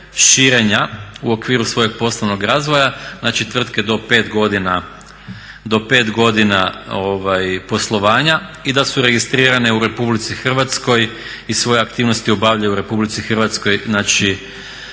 širenja u okviru svojeg poslovnog razvoja. Znači tvrtke do 5 godina poslovanja i da su registrirane u Republici Hrvatskoj i svoje aktivnosti obavljaju u Republici Hrvatskoj, znači